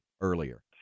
earlier